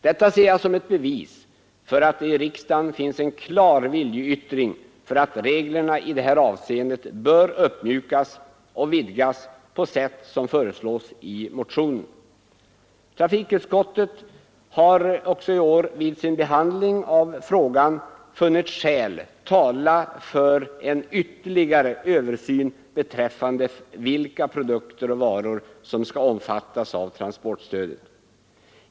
Detta ser jag som ett bevis för att det i riksdagen finns en klar vilja att reglerna i detta avseende skall uppmjukas och vidgas på sätt som föreslås i motionen. Trafikutskottet har också i år vid sin behandling av frågan funnit skäl tala för en ytterligare översyn beträffande vilka produkter och varor som skall omfattas av transportstödet.